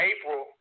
April